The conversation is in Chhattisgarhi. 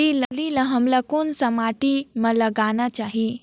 फल्ली ल हमला कौन सा माटी मे लगाना चाही?